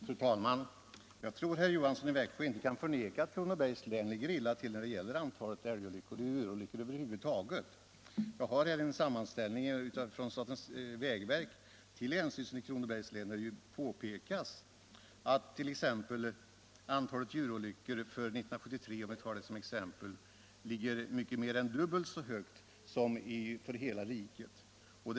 Fru talman! Jag tror inte att herr Johansson i Växjö kan förneka att Kronobergs län ligger illa till när det gäller antalet älgolyckor eller djur olyckor över huvud taget. Jag har här en sammanställning där statens vägverk för länsstyrelsen i Kronobergs län påpekar att antalet djurolyckor där under 1973 — om vi tar det året som exempel —- är mycket mer än dubbelt så stort som i riket i övrigt.